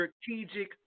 strategic